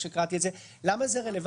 אצלי כאשר קראתי את זה: למה זה רלוונטי?